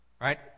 right